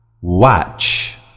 Watch